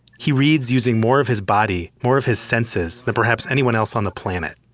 he reads using more of his body, more of his senses, then perhaps anyone else on the planet.